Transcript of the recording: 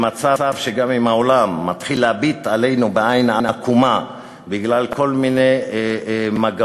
למצב שגם אם העולם מתחיל להביט עלינו בעין עקומה בגלל כל מיני מגמות